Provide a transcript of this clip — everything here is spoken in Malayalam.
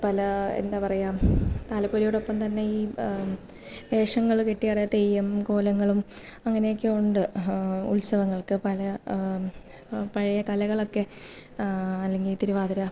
പല എന്താ പറയുക താലപ്പൊലിയോടൊപ്പം തന്നെ ഈ വേഷങ്ങള് കെട്ടിയാടുന്ന തെയ്യം കോലങ്ങളും അങ്ങനെയൊക്കെയുണ്ട് ഉത്സവങ്ങൾക്ക് പല പഴയ കലകളൊക്കെ അല്ലെങ്കില് തിരുവാതിര